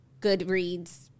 Goodreads